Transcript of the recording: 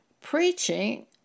preaching